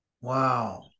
Wow